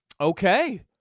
Okay